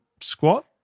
Squat